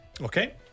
Okay